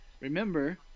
remember